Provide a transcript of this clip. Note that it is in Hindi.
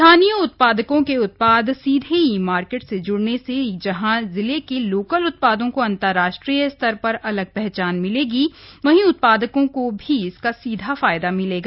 स्थानीय उत्पादकों के उत्पाद सीधे ई मार्केट से जूड़ने से जहां जिले के लोकल उत्पादों को अंतराष्ट्रीय स्तर पर अलग पहचान मिलेगी वहीं उत्पादकों को भी इसका सीधा फायदा होगा